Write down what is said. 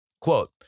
Quote